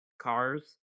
Cars